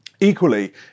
Equally